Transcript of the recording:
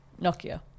Nokia